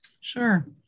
Sure